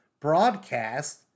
broadcast